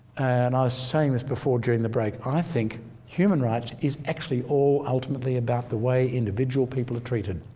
and i was saying this before during the break, i think human rights is actually all ultimately about the way individual people are treated.